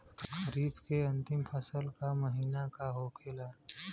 खरीफ के अंतिम फसल का महीना का होखेला?